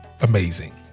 amazing